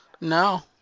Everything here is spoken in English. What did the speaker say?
No